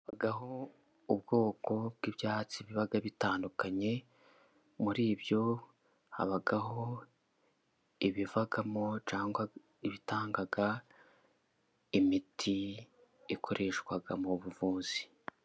Habaho ubwoko bw'ibyatsi biba bitandukanye, muri byo habaho ibivamo cyangwa ibitanga imiti ikoreshwa mu buvuzi.